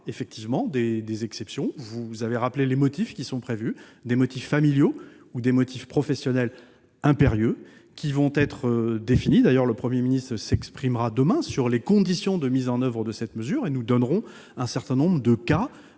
effectivement des exceptions. Vous avez rappelé les motifs prévus, à savoir des motifs familiaux ou professionnels impérieux, qui seront définis. Le Premier ministre s'exprimera demain sur les conditions de mise en oeuvre de cette mesure et nous donnerons un certain nombre de cas